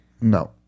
No